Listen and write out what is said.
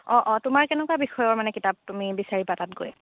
অ' অ' তোমাৰ কেনেকুৱা বিষয়ৰ মানে কিতাপ তুমি বিচাৰিবা তাত গৈ